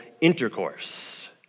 intercourse